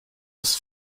his